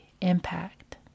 impact